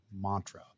mantra